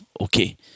Okay